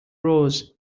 rose